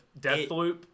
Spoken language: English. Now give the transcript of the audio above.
Deathloop